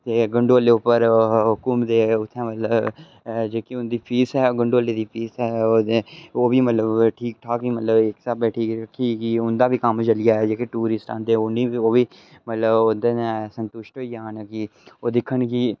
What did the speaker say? ते गंडोले उप्पर घुमदे उत्थें मतवल जेह्की उंदी फीस ऐ गंडोले दी फीस ऐ ओह् बी मतलव ठीक ठाक इक स्हाबे ठीक ही उंदा बी कम्म चली जाए जेह्के टूरिस्ट आंदे ओह् बी मतलव ओह् बी संतुश्ट होई जान की ओह् दिखन की